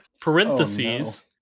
parentheses